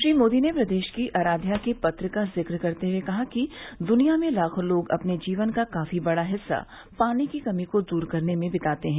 श्री मोदी ने प्रदेश की आराध्या के पत्र का जिक्र करते हुए कहा कि दुनिया में लाखों लोग अपने जीवन का काफी बड़ा हिस्सा पानी की कमी को दूर करने में बिताते हैं